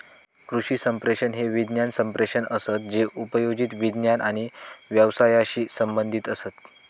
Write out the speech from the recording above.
कृषी संप्रेषक हे विज्ञान संप्रेषक असत जे उपयोजित विज्ञान आणि व्यवसायाशी संबंधीत असत